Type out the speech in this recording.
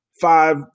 five